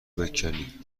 بکنی